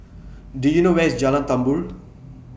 Do YOU know Where IS Jalan Tambur